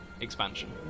expansion